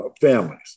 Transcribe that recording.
families